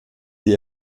die